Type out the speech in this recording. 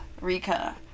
Rika